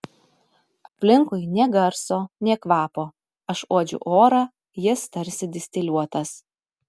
aplinkui nė garso nė kvapo aš uodžiu orą jis tarsi distiliuotas